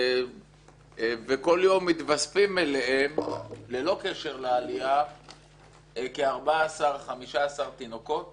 וכל יום מתווספים אליהם ללא קשר לעלייה כ-14,15 תינוקות